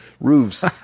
roofs